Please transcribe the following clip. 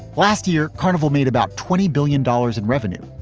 last year, carnival made about twenty billion dollars in revenue.